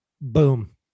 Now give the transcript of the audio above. Boom